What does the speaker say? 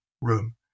room